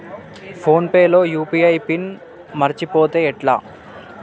Phone pay లో UPI PIN మరచిపోతే ఎట్లా?